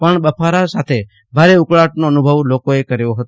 પણ બફાર સાથે ભારે ઉકળાટનો અનુભવ લોકોએ કર્યો હતો